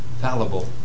fallible